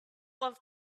love